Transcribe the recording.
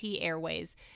Airways